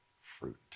fruit